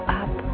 up